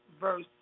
verse